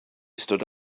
stood